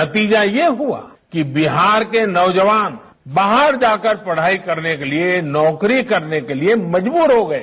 नतीजा ये हुआ कि बिहार के नौजवान बाहर जाकर पढाई करने के लिए नौकरी करने के लिए मजबूर हो गए